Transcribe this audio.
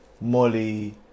Molly